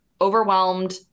overwhelmed